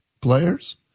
players